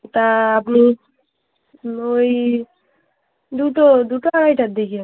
ওটা আপনি ওই দুটো দুটো আড়াইটার দিকে